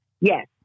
Yes